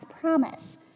promise